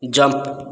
jump